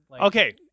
Okay